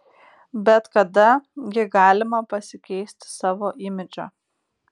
bet kada gi galima pasikeisti savo imidžą